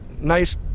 nice